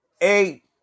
eight